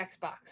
Xbox